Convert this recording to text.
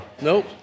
nope